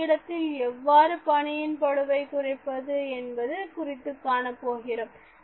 பணியிடத்தில் எவ்வாறு பணியின் பளுவை குறைப்பது என்பது குறித்து காணப்போகிறோம்